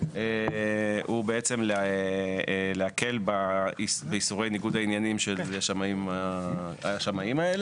הוא בעצם להקל באיסורי ניגוד העניינים של השמאים האלה,